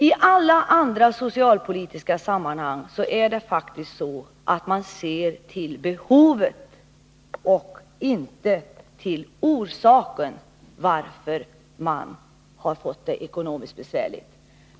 I alla andra socialpolitiska sammanhang är det faktiskt så, att man ser till behovet och inte till orsaken varför vederbörande har fått det ekonomiskt besvärligt.